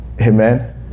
amen